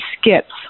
skips